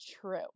true